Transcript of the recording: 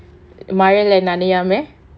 மழைல நனையாம:malaila nanaiyaama